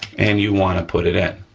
and you wanna put it in,